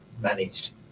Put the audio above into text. managed